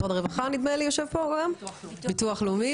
הביטוח הלאומי,